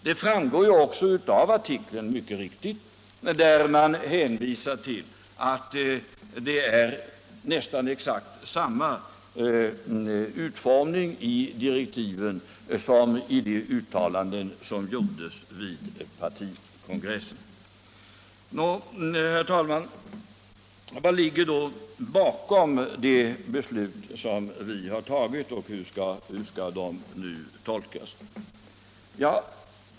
Detta framgår också av artikeln där man hänvisar till att direktiven har nästan exakt samma utformning som uttalandena vid partikongressen. Herr talman, vad ligger då bakom de beslut som vi har fattat och Om förstatligande hur skall de tolkas?